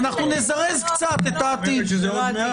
אנחנו נזרז קצת את העתיד.